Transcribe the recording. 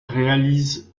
réalise